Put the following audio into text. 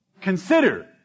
Consider